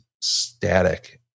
static